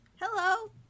Hello